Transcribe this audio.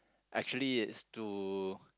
actually it's to